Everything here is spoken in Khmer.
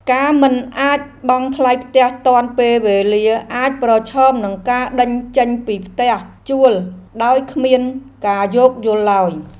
ការមិនអាចបង់ថ្លៃផ្ទះទាន់ពេលវេលាអាចប្រឈមនឹងការដេញចេញពីផ្ទះជួលដោយគ្មានការយោគយល់ឡើយ។